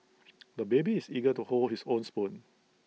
the baby is eager to hold his own spoon